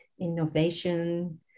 innovation